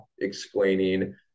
explaining